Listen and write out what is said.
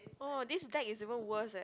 oh this deck is even worse eh